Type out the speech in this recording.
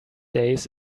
days